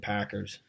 Packers